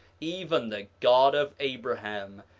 even the god of abraham,